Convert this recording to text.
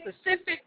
specific